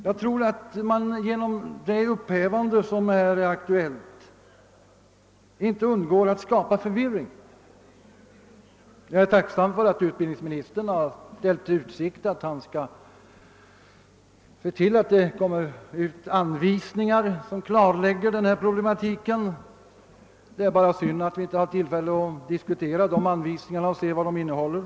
Jag tror att man genom det upphävande som här är aktuellt inte undgår att skapa förvirring. Jag är tacksam för att utbildningsministern ställt i utsikt att han skall se till att det kommer ut anvisningar som klarlägger den här problematiken. Det är bara synd att vi inte har tillfälle att diskutera dessa anvisningar och.se vad de innehåller.